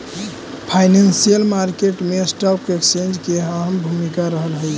financial market मैं stock exchange के अहम भूमिका रहऽ हइ